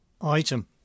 Item